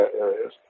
areas